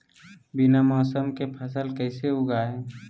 बिना मौसम के फसल कैसे उगाएं?